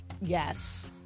yes